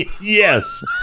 Yes